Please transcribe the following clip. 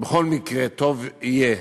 בכל מקרה, טוב יהיה